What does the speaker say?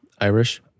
Irish